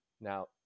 Now